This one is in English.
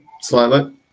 Slightly